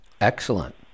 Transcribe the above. Excellent